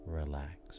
relax